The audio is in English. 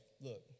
look